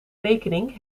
rekening